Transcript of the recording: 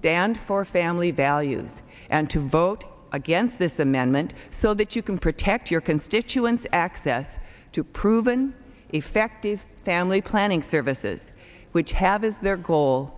stand for family values and to vote against this amendment so that you can protect your constituents access to proven effective family planning services which have as their goal